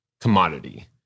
commodity